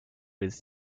with